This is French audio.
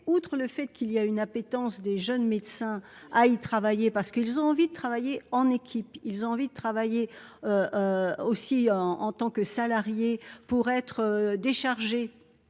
outre le fait qu'il y a une appétence des jeunes médecins à y travailler parce qu'ils ont envie de travailler en équipe, ils ont envie de travailler. Aussi en en tant que salarié pour être déchargé.